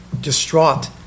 distraught